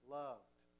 loved